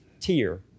tier